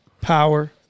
Power